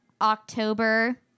October